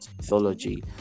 mythology